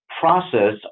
process